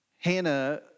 Hannah